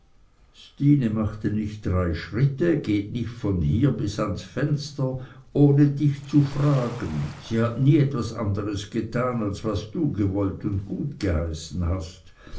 stine macht nicht drei schritte geht nicht von hier bis ans fenster ohne dich zu fragen sie hat nie was andres getan als was du gewollt oder gutgeheißen hast